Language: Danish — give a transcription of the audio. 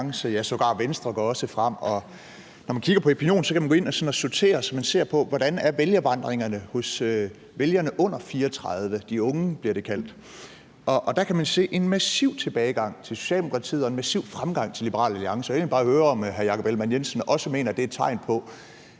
ja, sågar Venstre går også frem. I Epinions meningsmåling kan man gå ind og sortere i det, så man kan se, hvordan vælgervandringerne er hos vælgerne under 34 år – de unge, bliver det kaldt – og der kan man se en massiv tilbagegang til Socialdemokratiet og en massiv fremgang til Liberal Alliance. Og så vil jeg bare høre, om hr. Jakob Ellemann-Jensen også mener, det er tegn på,